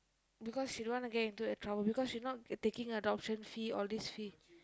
because she don't want to get into a trouble because she's not taking adoption fee all this fees